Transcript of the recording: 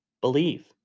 believe